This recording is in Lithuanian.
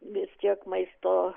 vis tiek maisto